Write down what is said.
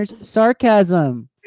sarcasm